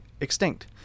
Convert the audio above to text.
extinct